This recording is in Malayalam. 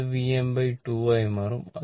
ഇത് Vm 2 ആയി മാറും